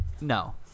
No